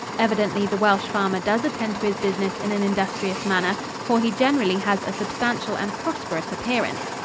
evidently the welsh farmer does attend to his business in an industrious manner, for he generally has a substantial and prosperous appearance.